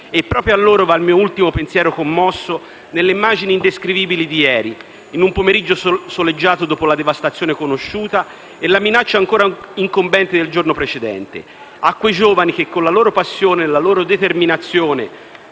Proprio a loro va il mio ultimo pensiero commosso, nelle immagini indescrivibili di ieri, in un pomeriggio soleggiato dopo la devastazione conosciuta e la minaccia ancora incombente del giorno precedente. A quei giovani: che con la loro passione e la loro determinazione